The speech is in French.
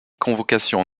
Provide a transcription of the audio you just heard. convocations